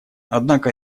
однако